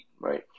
right